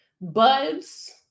buds